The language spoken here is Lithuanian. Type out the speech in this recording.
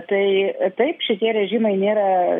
tai taip šitie rėžimai nėra